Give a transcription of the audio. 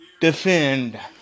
defend